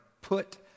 put